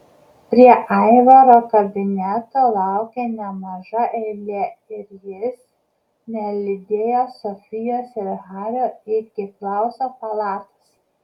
prie aivaro kabineto laukė nemaža eilė ir jis nelydėjo sofijos ir hario iki klauso palatos